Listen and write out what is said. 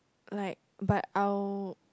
like but I will